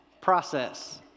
process